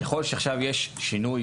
ככל שעכשיו יש שינוי